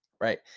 right